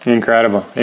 Incredible